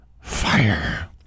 fire